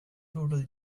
total